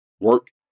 Work